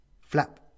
Flap